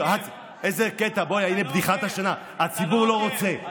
איזה קטע, בוא, הינה, בדיחת השנה, הציבור לא רוצה.